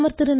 பிரதமர் திரு